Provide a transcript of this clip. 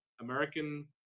American